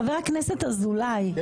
חבר הכנסת אזולאי,